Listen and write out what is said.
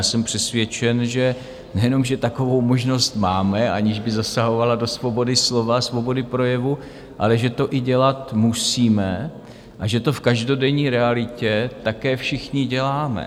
Já jsem přesvědčen, že nejenom že takovou možnost máme, aniž by zasahovala do svobody slova, svobody projevu, ale že to i dělat musíme a že to v každodenní realitě také všichni děláme.